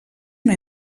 una